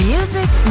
Music